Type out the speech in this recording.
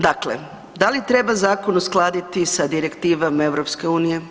Dakle, da li treba zakon uskladiti sa direktivom EU?